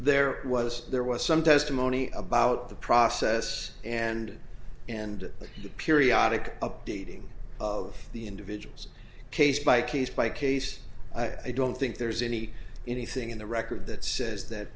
there was there was some testimony about the process and and the periodic updating of the individuals case by case by case i don't think there's any anything in the record that says that